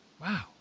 Wow